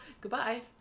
goodbye